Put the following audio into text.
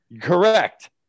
Correct